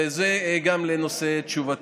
וזה גם לנושא תשובתי.